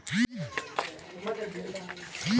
सामाजिक योजना क्या है?